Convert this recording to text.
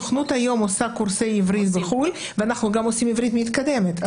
הסוכנות היום עושה קורסי עברית בחו"ל ואנחנו גם עושים עברית מתקדמת.